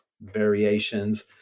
variations